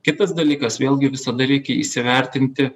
kitas dalykas vėlgi visada reikia įsivertinti